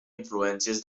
influències